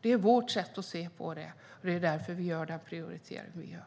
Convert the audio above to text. Det är vårt sätt att se på det, och det är därför vi gör den prioritering vi gör.